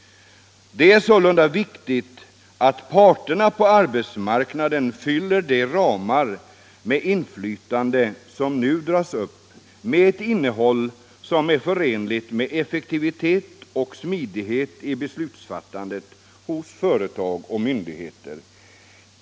Det är sålunda viktigt att parterna på arbetsmarknaden fyller de ramar för inflytande som nu dras upp med ett innehåll som är förenligt med effektivitet och smidighet i beslutsfattandet hos företag och myndigheter.